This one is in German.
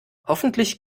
hoffentlich